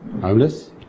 Homeless